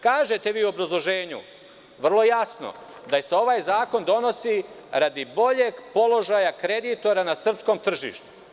Kažete vi u obrazloženju vrlo jasno da se ovaj zakon donosi radi boljeg položaja kreditora na srpskom tržištu.